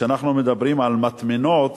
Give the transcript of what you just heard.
כשאנחנו מדברים על מטמנות,